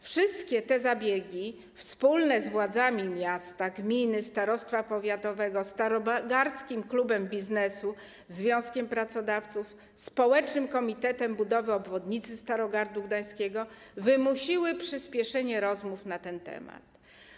Wszystkie te zabiegi, podejmowane wspólnie z władzami miasta, gminy, starostwa powiatowego, ze starogardzkim klubem biznesu, związkiem pracodawców, społecznym komitetem budowy obwodnicy Starogardu Gdańskiego, wymusiły przyspieszenie rozmów na ten temat.